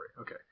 okay